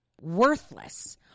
worthless